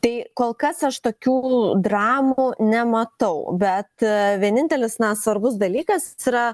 tai kol kas aš tokių dramų nematau bet vienintelis na svarbus dalykas yra